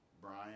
Brian